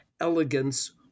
elegance